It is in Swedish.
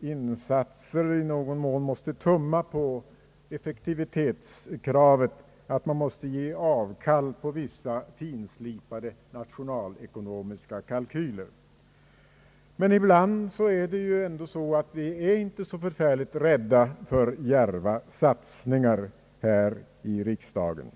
insatser, i någon mån måste tumma på effektivitetskravet och ge avkall på vissa finslipade nationalekonomiska kalkyler. Men ibland är vi ju inte så förfärligt rädda för djärva satsningar här i riksdagen.